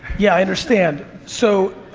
yeah, i understand. so,